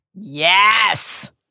Yes